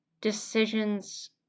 decisions